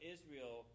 Israel